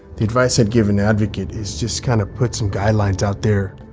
advice i'd give an advocate is just kind of put some guidelines out there,